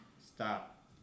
Stop